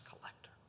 collector